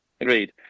agreed